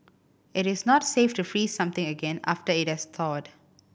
it is not safe to freeze something again after it has thawed